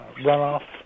runoff